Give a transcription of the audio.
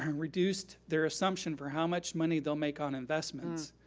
um reduced their assumption for how much money they'll make on investments,